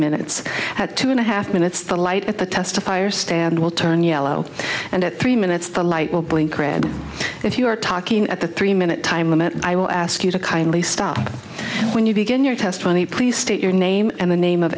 minutes had two and a half minutes the light at the testifier stand will turn yellow and at three minutes the light will blink read if you are talking at the three minute time limit i will ask you to kindly stop and when you begin your testimony please state your name and the name of